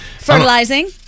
fertilizing